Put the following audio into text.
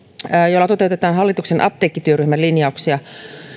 jolla toteutetaan hallituksen apteekkityöryhmän linjauksia